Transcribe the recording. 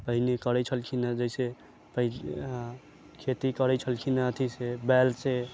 पहिने करै छलखिन जैसे खेती करै छलखिन अथी से बैलसँ